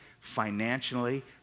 financially